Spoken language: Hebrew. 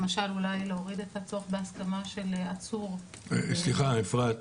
למשל אולי להוריד את הצורך בהסכמה של עצור --- סליחה אפרת.